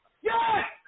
Yes